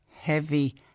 heavy